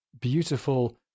beautiful